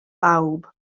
bawb